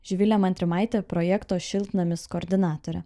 živilė montrimaitė projekto šiltnamis koordinatorė